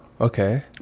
Okay